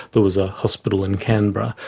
there was a hospital in canberra,